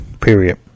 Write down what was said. Period